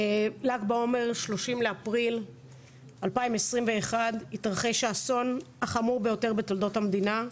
בל"ג בעומר 30 באפריל 2021 התרחש האסון החמור ביותר בתולדות המדינה,